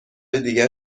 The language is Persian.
دیگر